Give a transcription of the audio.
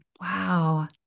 Wow